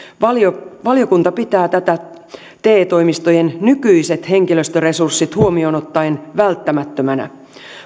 valiokunta valiokunta pitää tätä te toimistojen nykyiset henkilöstöresurssit huomioon ottaen välttämättömänä